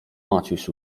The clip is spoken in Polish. maciuś